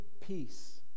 peace